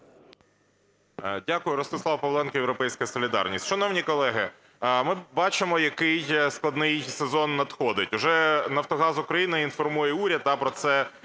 Дякую. Ростислав Павленко, "Європейська солідарність". Шановні колеги, ми бачимо, який складний сезон надходить. Вже Нафтогаз України інформує уряд, та про це